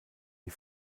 die